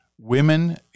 women